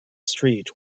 street